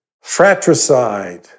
fratricide